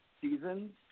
seasons